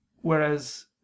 whereas